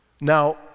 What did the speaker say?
Now